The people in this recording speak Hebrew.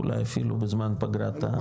אולי אפילו בזמן פגרת,